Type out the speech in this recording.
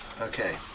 okay